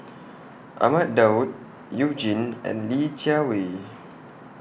Ahmad Daud YOU Jin and Li Jiawei